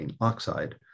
oxide